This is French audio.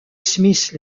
smith